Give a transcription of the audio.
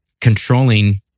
controlling